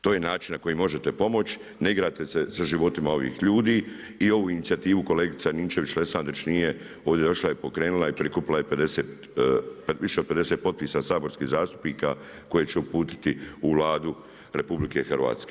To je način na koji može pomoć, ne igrajte se sa životima ovih ljudi i ovu inicijativu kolegica Ninčević-Lesandrić ovdje je došla i pokrenula i prikupila je više od 50 potpisa saborskih zastupnika koje će uputiti u Vladu RH.